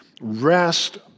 rest